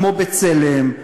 כמו "בצלם",